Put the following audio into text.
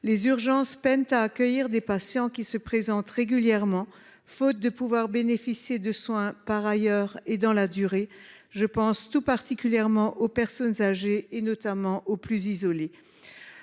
les urgences peinent à accueillir des patients qui se présentent régulièrement, faute de trouver à se soigner ailleurs dans la durée. Je pense tout particulièrement aux personnes âgées, notamment aux plus isolées